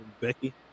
becky